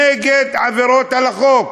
נגד עבירות על החוק.